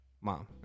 mom